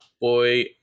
boy